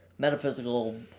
Metaphysical